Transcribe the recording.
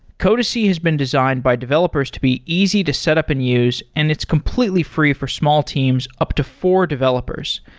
codacy has been designed by developers to be easy to set up and use and it's completely free for small teams up to four developers,